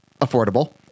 affordable